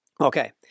Okay